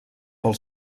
pel